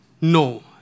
no